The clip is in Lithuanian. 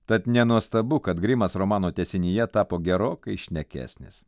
tad nenuostabu kad grimas romano tęsinyje tapo gerokai šnekesnis